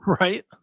Right